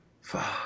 Fuck